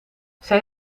zij